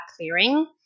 clearing